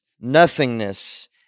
nothingness